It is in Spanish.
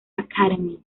academy